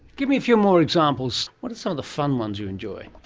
give me a few more examples. what are some of the fun ones you enjoy?